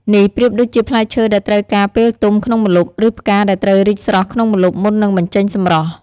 នេះប្រៀបដូចជាផ្លែឈើដែលត្រូវការពេលទុំក្នុងម្លប់ ឬផ្កាដែលត្រូវរីកស្រស់ក្នុងម្លប់មុននឹងបញ្ចេញសម្រស់។